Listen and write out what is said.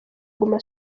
guma